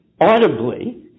audibly